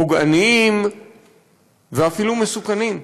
פוגעניים ואפילו מסוכנים.